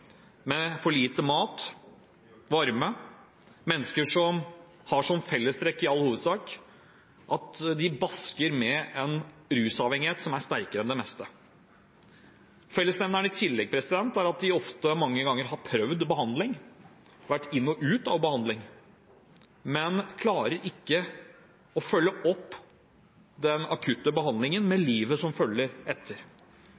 for lite mat og varme, har som fellestrekk i all hovedsak at de bakser med en rusavhengighet som er sterkere enn det meste. Fellesnevneren er i tillegg at de mange ganger har prøvd behandling, vært inn og ut av behandling, men klarer ikke å følge opp den akutte behandlingen